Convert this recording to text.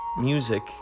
music